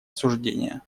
осуждение